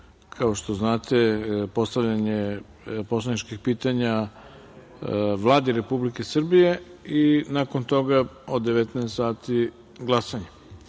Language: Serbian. kao što znate, postavljanje poslaničkih pitanja Vladi Republike Srbije. Nakon toga od 19 časova je